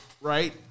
right